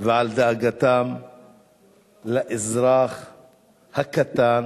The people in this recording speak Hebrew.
ועל דאגתם לאזרח הקטן,